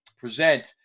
present